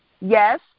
Yes